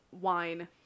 wine